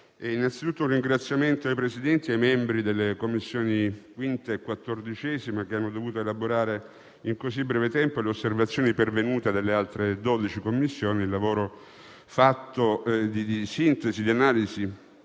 innanzitutto un ringraziamento ai Presidenti e ai membri delle Commissioni 5a e 14a, che hanno dovuto elaborare in così breve tempo le osservazioni pervenute dalle altre dodici Commissioni; il lavoro di analisi